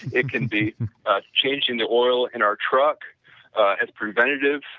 it can be changing the oil in our truck as preventative